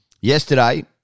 Yesterday